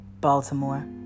Baltimore